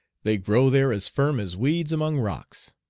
they grow there as firm as weeds among rocks.